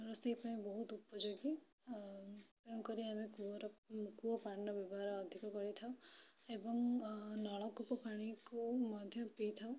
ରୋଷେଇ ପାଇଁ ବହୁତ ଉପଯୋଗୀ ତେଣୁକରି ଆମେ କୂଅର କୂଅ ପାଣିର ବ୍ୟବହାର ଅଧିକ କରିଥାଉ ଏବଂ ନଳକୂପ ପାଣିକୁ ମଧ୍ୟ ପିଇଥାଉ